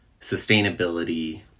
sustainability